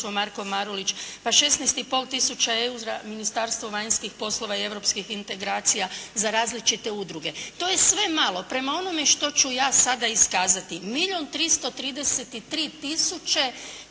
pol tisuća eura Ministarstvo vanjskih poslova i europskih integracija za različite udruge. To je sve malo. Prema onome što ću ja sada iskazati milijun 333